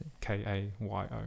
K-A-Y-O